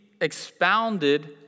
expounded